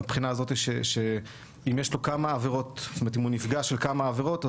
מהבחינה הזאת שאם הוא נפגע של כמה עבירות,